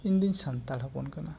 ᱤᱧ ᱫᱚᱧ ᱥᱟᱱᱛᱟᱲ ᱦᱚᱯᱚᱱ ᱠᱟᱱᱟ